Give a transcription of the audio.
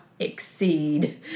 exceed